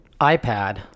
iPad